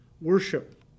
worship